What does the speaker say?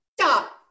Stop